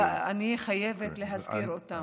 אני חייבת להזכיר אותם.